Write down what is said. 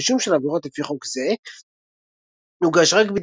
כתב אישום על עבירות לפי חוק זה יוגש רק